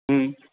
ह्म्